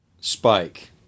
Spike